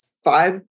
Five